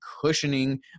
cushioning